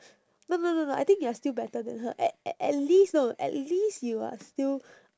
no no no no I think you're still better than her at at at least know at least you are still